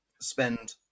spend